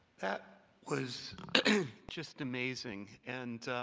that was just amazing, and